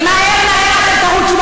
אבל החטיבה הייתם אצלכם.